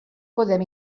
podem